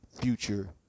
future